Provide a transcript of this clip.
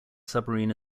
submarine